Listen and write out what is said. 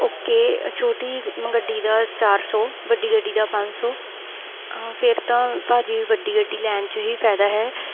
okay ਛੋਟੀ ਗੱਡੀ ਦਾ ਚਾਰ ਸੌ ਵੱਡੀ ਗੱਡੀ ਦਾ ਪੰਜ ਸੌ ਫਿਰ ਤਾਂ ਭਾਅ ਜੀ ਵੱਡੀ ਗੱਡੀ ਲੈਣ 'ਚ ਹੀ ਫਾਇਦਾ ਹੈ